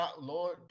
Lord